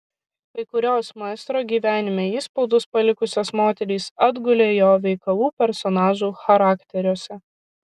kai kurios maestro gyvenime įspaudus palikusios moterys atgulė jo veikalų personažų charakteriuose